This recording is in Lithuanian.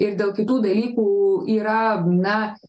ir dėl kitų dalykų yra na